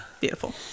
beautiful